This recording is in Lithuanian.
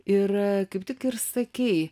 ir kaip tik ir sakei